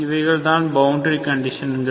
இவைகள் தான் பவுண்டரி கண்டிசன்கள்